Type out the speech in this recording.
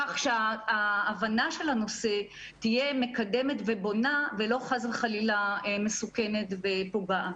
כך שההבנה של הנושא תהיה מקדמת ובונה ולא חס וחלילה מסוכנת ופוגעת.